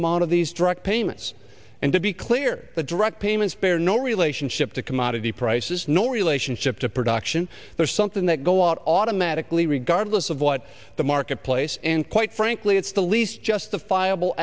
amount of these direct payments and to be clear that direct payments bear no relationship to commodity prices nor relationship to production there's something that go out automatically regardless of what the marketplace and quite frankly it's the least justifiable